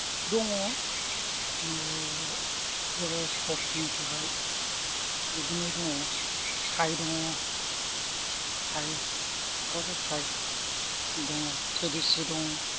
दङ बिदिनो general sports नि थाखाय बिदिनो दङ साइ दङ साइ क'क्राझार साइ दङ केडिसि दङ